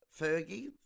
Fergie